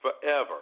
forever